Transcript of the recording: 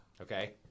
okay